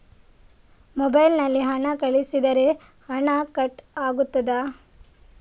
Mobile ನಲ್ಲಿ ಹಣ ಕಳುಹಿಸಿದರೆ ಹಣ ಕಟ್ ಆಗುತ್ತದಾ?